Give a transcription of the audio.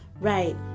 Right